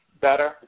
better